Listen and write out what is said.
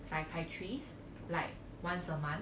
psychiatrist like once a month